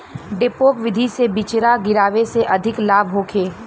डेपोक विधि से बिचरा गिरावे से अधिक लाभ होखे?